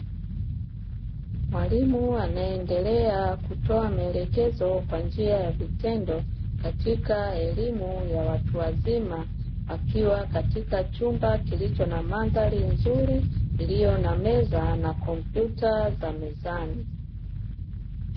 Mwalimu anaendelea kutoa maelekezo kwa njia ya vitendo katika elimu ya watu wazima, akiwa katika chumba kilicho na mandhali nzuri, iliyo na meza na kompyuta za mezani.